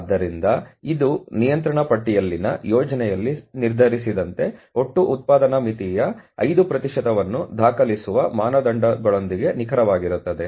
ಆದ್ದರಿಂದ ಇದು ನಿಯಂತ್ರಣ ಪಟ್ಟಿಯಲ್ಲಿನ ಯೋಜನೆಯಲ್ಲಿ ನಿರ್ಧರಿಸಿದಂತೆ ಒಟ್ಟು ಉತ್ಪಾದನಾ ಮಿತಿಯ 5 ಪ್ರತಿಶತವನ್ನು ದಾಖಲಿಸುವ ಮಾನದಂಡಗಳೊಂದಿಗೆ ನಿಖರವಾಗಿರುತ್ತದೆ